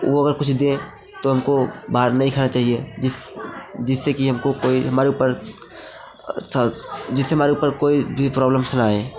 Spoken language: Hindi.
वो अगर कुछ दें तो हमको बाहर नहीं खाना चाहिए जिससे कि हमको कोई हमारे ऊपर जिससे हमारे ऊपर कोई भी प्रोब्लम्स न आएं